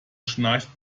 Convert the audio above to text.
schnarcht